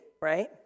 right